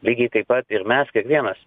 lygiai taip pat ir mes kiekvienas